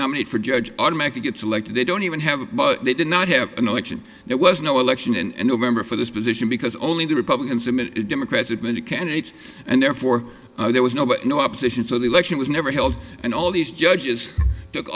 nominate for judge automatically gets elected they don't even have but they did not have an election there was no election in november for this position because only republicans and democrats had many candidates and therefore there was no but no opposition so the election was never held and all these judges took